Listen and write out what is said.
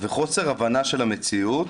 וחוסר הבנה של המציאות,